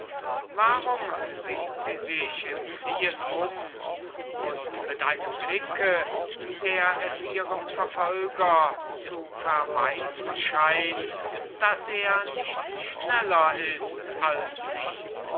warum sieht sie sich im fliehen um und mit einem blick der es ihrem verfolger zu verweisen scheint daß er nicht schneller ist als sie